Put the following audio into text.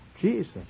Jesus